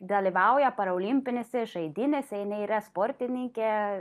dalyvauja parolimpinėse žaidynėse jinai yra sportininkė